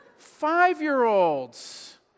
five-year-olds